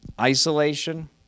Isolation